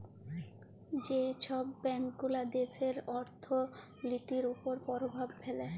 যে ছব ব্যাংকগুলা দ্যাশের অথ্থলিতির উপর পরভাব ফেলে